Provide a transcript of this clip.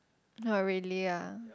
not really ah